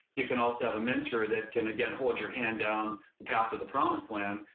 you can also have a mentor that can again hold your hand down the path to the promised land.